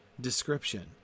description